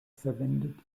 verwendet